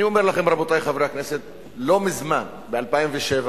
אני אומר לכם, רבותי חברי הכנסת, לא מזמן, ב-2007,